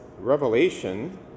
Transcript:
revelation